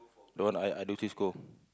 the one I Edusave score